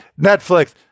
Netflix